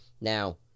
Now